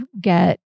get